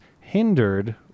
hindered